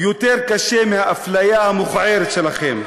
יותר קשה מהאפליה המכוערת שלכם.